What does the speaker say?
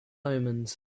omens